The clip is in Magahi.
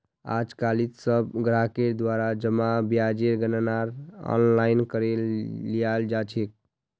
आजकालित सब ग्राहकेर द्वारा जमा ब्याजेर गणनार आनलाइन करे लियाल जा छेक